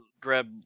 grab